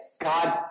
God